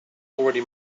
already